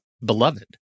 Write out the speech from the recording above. beloved